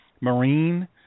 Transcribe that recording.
Marine